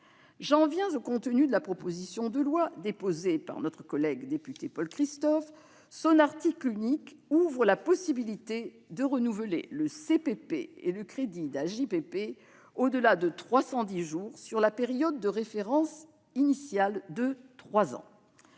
J'en viens au contenu de la proposition de loi déposée par le député Paul Christophe. Son article unique ouvre la possibilité de renouveler le CPP et le crédit d'AJPP au-delà de 310 jours sur la période de référence initiale de trois